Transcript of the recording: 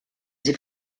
sie